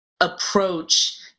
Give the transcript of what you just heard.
approach